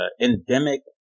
endemic